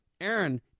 Aaron